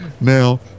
Now